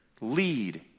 lead